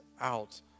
out